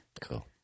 Cool